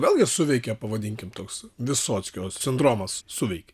vėlgi suveikė pavadinkim toks visockio sindromas suveikė